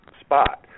spot